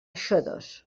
xodos